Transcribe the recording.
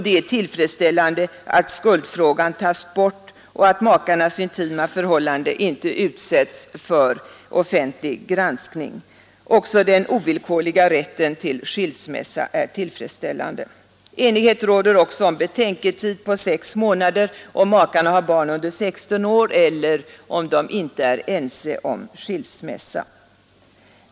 Det är tillfredsställande att skuldfrågan tas bort och att makarnas intima förhållanden ej utsätts för offentlig granskning. Den ovillkorliga rätten till skilsmässa är också tillfredsställande. Enighet råder om betänketid på 6 månader, om makarna har barn under 16 år eller om de ej är ense om skilsmässa.